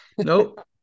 Nope